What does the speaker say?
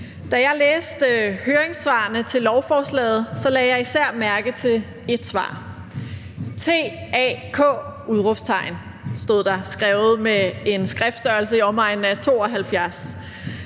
Da jeg læste høringssvarene til lovforslaget, lagde jeg især mærke til ét svar: »Tak!« stod der skrevet med en skriftstørrelse i omegnen af 72.